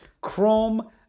Chrome